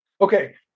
Okay